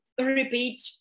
repeat